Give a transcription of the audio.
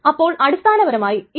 ഇത് അനുവദിക്കുവാൻ സാധിക്കുകയില്ല